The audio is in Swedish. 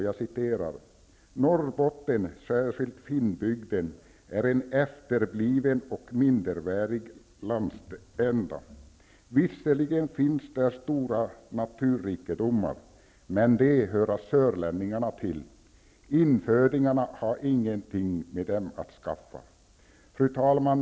Jag citerar: ''Norrbotten, särskilt finnbygden, är en efterbliven och mindervärdig landsända. Visserligen finns där stora naturrikedomar, men de höra sörlänningarna till. Infödingarna ha ingenting med dem att skaffa.'' Fru talman!